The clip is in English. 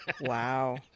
Wow